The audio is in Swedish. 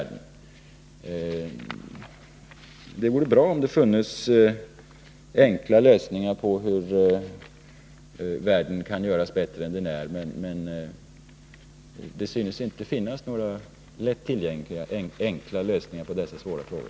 Det vore bra om det funnes enkla lösningar på hur världen kan göras bättre än den är, men det synes inte finnas några lätt tillgängliga enkla lösningar på dessa svåra frågor.